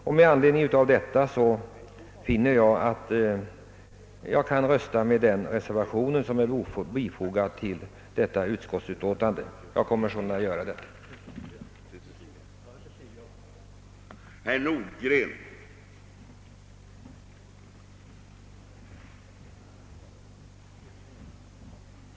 Av denna anledning finner jag att jag kan rösta med den reservation som är fogad till utskottsutlåtandet. Jag kommer sålunda att rösta med reservationen.